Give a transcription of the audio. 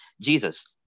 Jesus